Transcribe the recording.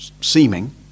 seeming